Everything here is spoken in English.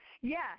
Yes